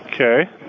Okay